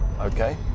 Okay